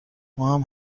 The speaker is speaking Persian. ماهم